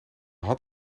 had